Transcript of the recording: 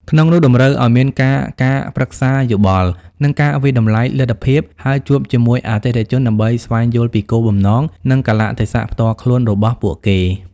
ក្នុងនោះតម្រូវឱ្យមានការ ការប្រឹក្សាយោបល់ និងការវាយតម្លៃលទ្ធភាព ហើយជួបជាមួយអតិថិជនដើម្បីស្វែងយល់ពីគោលបំណង និងកាលៈទេសៈផ្ទាល់ខ្លួនរបស់ពួកគេ។